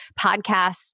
podcasts